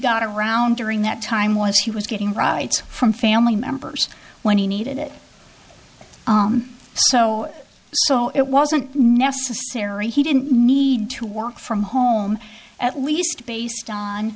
got around during that time was he was getting rights from family members when he needed it so so it wasn't necessary he didn't need to work from home at least based on